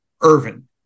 Irvin